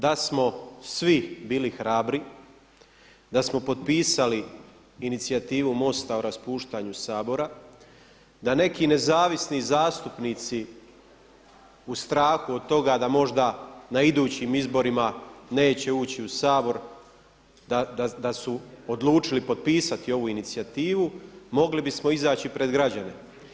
Da smo svi bili hrabri, da smo potpisali inicijativu MOST-a o raspuštanju Sabora, da neki nezavisni zastupnici u strahu od toga da možda na idućim izborima neće ući u Sabor, da su odlučili potpisati ovu inicijativu mogli bismo izaći pred građane.